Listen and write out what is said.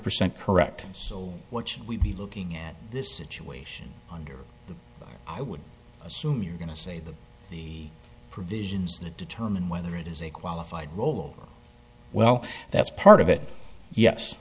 percent correct so what should we be looking at this situation under the i would assume you're going to say that the provisions that determine whether it is a qualified role well that's part of it yes